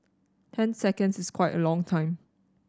ten seconds is quite a long time